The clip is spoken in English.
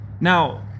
Now